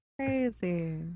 crazy